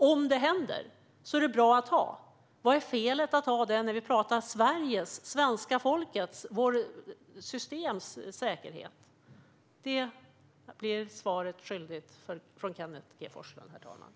Om något händer är en sådan bra att ha. Vad är felet med att ha en sådan när vi pratar om Sveriges, svenska folkets och vårt systems säkerhet? Där blir Kenneth G Forslund svaret skyldig, herr talman.